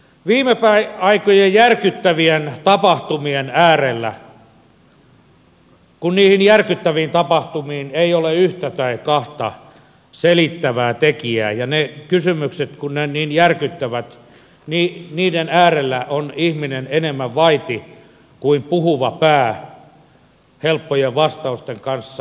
viime aikojen järkyttävien tapahtumien äärellä kun niihin järkyttäviin tapahtumiin ei ole yhtä tai kahta selittävää tekijää ja kun ne kysymykset niin järkyttävät on ihminen enemmän vaiti kuin puhuva pää helppojen vastausten kanssa